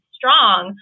strong